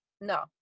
No